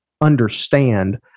understand